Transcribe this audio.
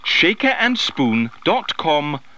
shakerandspoon.com